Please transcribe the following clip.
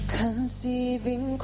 conceiving